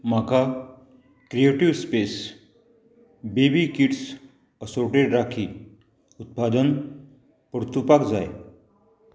म्हाका creative space baby kids assorted rakhi उत्पादन परतुपाक जाय